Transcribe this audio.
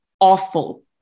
awful